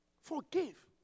Forgive